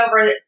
over